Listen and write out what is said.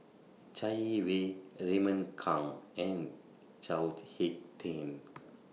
Chai Yee Wei Raymond Kang and Chao Hick Tin